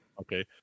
Okay